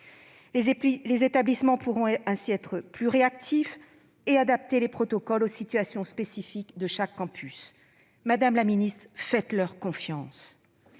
Les établissements pourront ainsi être plus réactifs et adapter les protocoles aux situations spécifiques de chaque campus. Madame la ministre, faites-leur confiance